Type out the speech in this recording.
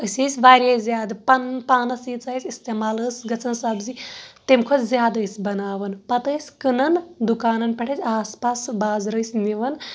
أسۍ ٲسۍ واریاہ زیادٕ پَنُن پانس ییٖژا أسۍ اِستعمال ٲس گژھان سَبزی تَمہِ کھۄتہٕ زیادٕ ٲسۍ بَناوان پَتہٕ ٲسۍ کٕنان دُکانن پٮ۪ٹھ ٲسۍ آس پاس بازرٕ ٲسۍ نِوان